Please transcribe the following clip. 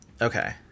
Okay